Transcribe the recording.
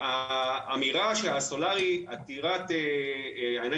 האמירה שהאנרגיה הסולארית היא עתירת שטח,